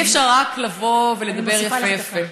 אי-אפשר רק לבוא ולדבר יפה יפה,